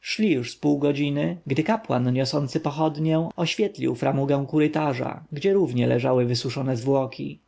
szli już z pół godziny gdy kapłan niosący pochodnię oświetlił framugę korytarza gdzie również leżały wysuszone zwłoki